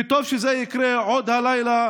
וטוב שזה יקרה עוד הלילה,